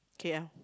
K_L